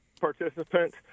participants